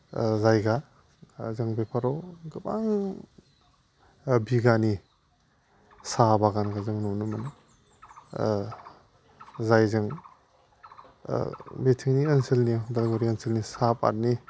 जायगा जों बेफोराव गोबां बिघानि साहा बागानखौ जों नुनो मोनो जायजों भिथोरनि ओनसोलनि उदालगुरि ओनसोलनि साहा पातनि